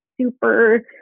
super